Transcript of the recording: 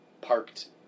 parked